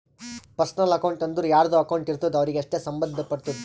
personal account ಅಂದುರ್ ಯಾರ್ದು account ಇರ್ತುದ್ ಅವ್ರಿಗೆ ಅಷ್ಟೇ ಸಂಭಂದ್ ಪಡ್ತುದ